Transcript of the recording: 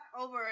over